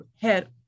head